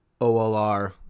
OLR